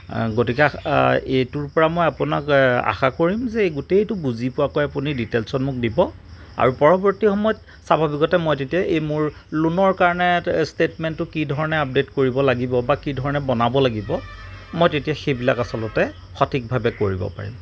গতিক এইটোৰ পৰা মই আপোনাক আশা কৰিম যে গোটেইটো বুজি পোৱাকৈ আপুনি ডিটেলচত মোক দিব আৰু পৰৱৰ্তী সময়ত স্বাভাৱিকতে মই তেতিয়া এই মোৰ লোণৰ কাৰণে ষ্টেটমেইণ্টো কি ধৰণে আপডেট কৰিব লাগিব বা কি ধৰণে বনাব লাগিব মই তেতিয়া সেইবিলাক আচলতে সঠিকভাবে কৰিব পাৰিম